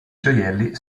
gioielli